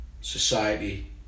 society